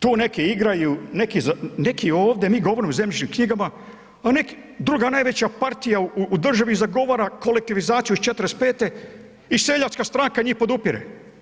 Tu neki igraju, neki ovdje, mi govorimo o zemljišnim knjigama, a druga najveća partija u državi zagovara kolektivizaciju iz 45. i seljačka stranka njih podupire.